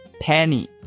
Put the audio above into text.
Penny